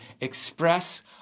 express